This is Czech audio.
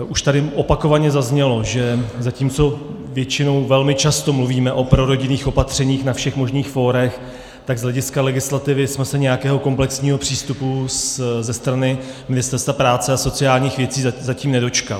Už tady opakovaně zaznělo, že zatímco většinou velmi často mluvíme o prorodinných opatřeních na všech možných fórech, tak z hlediska legislativy jsme se nějakého komplexního přístupu ze strany Ministerstva práce a sociálních věcí zatím nedočkali.